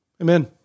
Amen